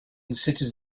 cities